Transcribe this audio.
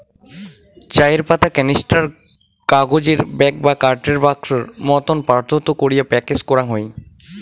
চায়ের পাতা ক্যানিস্টার, কাগজের ব্যাগ বা কাঠের বাক্সোর মতন পাত্রত করি প্যাকেজ করাং হই